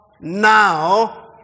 now